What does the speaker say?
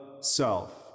self